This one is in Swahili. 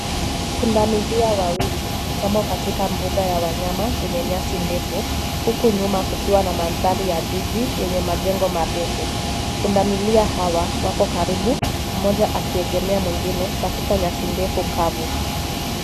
Pundamilia wawili wamo katika mbuga ya wanyama yenye nyasi ndefu, huku nyuma kukiwa na mandhari ya jiji yenye majengo marefu. Pundamilia hawa wapo karibu mmoja akiegemea mwingine katika nyasi ndefu kavu.